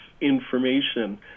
information